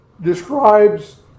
describes